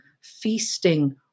feasting